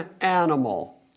animal